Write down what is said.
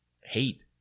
hate